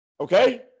Okay